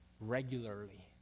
regularly